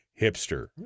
hipster